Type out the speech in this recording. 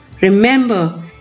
Remember